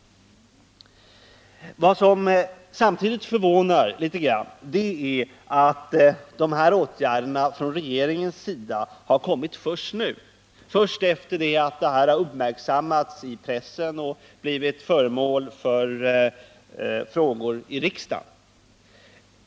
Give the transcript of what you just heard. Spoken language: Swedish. ;; Vad som samtidigt förvånar litet grand är att de här åtgärderna från regeringens sida har kommit först nu — först efter det att saken har uppmärksammats i pressen och blivit föremål för frågor i riksdagen.